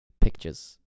pictures